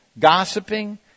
gossiping